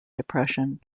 depression